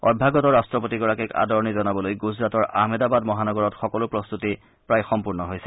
অভ্যাগত ৰাট্টপতিগৰাকীক আদৰণি জনাবলৈ গুজৰাটৰ আহমেদাবাদ মহানগৰত সকলো প্ৰস্তুতি প্ৰায় সম্পূৰ্ণ হৈছে